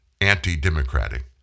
anti-democratic